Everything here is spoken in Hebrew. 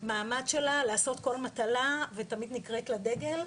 והמעמד שלה, לעשות כל מטלה ותמיד נקראת לדגל.